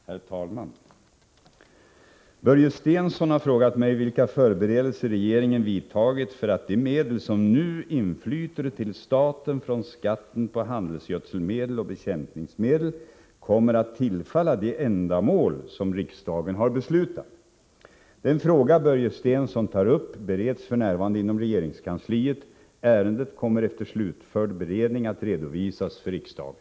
Herr talman! Börje Stensson har frågat mig vilka förberedelser regeringen vidtagit för att de medel som nu inflyter till staten från skatten på handelsgödselmedel och bekämpningsmedel kommer att tillfalla de ändamål som riksdagen har beslutat. Den fråga Börje Stensson tar upp bereds f.n. inom regeringskansliet. Ärendet kommer efter slutförd beredning att redovisas för riksdagen.